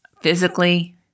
physically